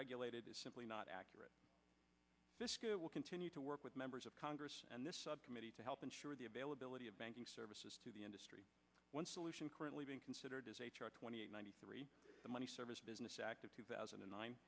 regulated is simply not accurate it will continue to work with members of congress and this subcommittee to help ensure the availability of banking services to the industry one solution currently being considered is h r twenty eight ninety three the money service business act of two thousand and nine